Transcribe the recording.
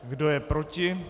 Kdo je proti?